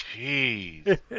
jeez